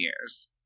years